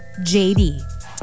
JD